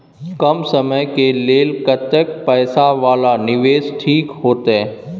कम समय के लेल कतेक पैसा वाला निवेश ठीक होते?